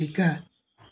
শিকা